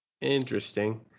Interesting